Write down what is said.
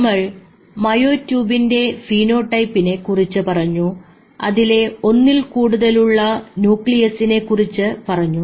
നമ്മൾ മയോട്യൂബിന്റെ ഫീനോടൈപ്പിനെ കുറിച്ച് പറഞ്ഞു അതിലെ ഒന്നിൽ കൂടുതലുള്ള ന്യൂക്ലിയസിനെ കുറിച്ച് പറഞ്ഞു